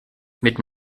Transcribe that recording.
mit